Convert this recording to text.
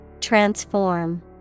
Transform